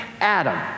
Adam